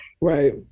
right